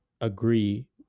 agree